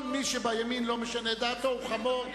כל מי שבימין לא משנה את דעתו הוא חמור,